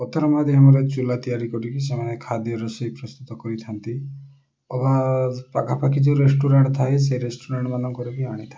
ପଥର ମାଧ୍ୟମରେ ଚୁଲା ତିଆରି କରିକି ସେମାନେ ଖାଦ୍ୟ ରୋଷେଇ ପ୍ରସ୍ତୁତ କରିଥାନ୍ତି ଅବା ପାଖାପାଖି ଯେଉଁ ରେଷ୍ଟୁରାଣ୍ଟ ଥାଏ ସେ ରେଷ୍ଟୁରାଣ୍ଟ ମାନଙ୍କରେ ବି ଆଣିଥାନ୍ତି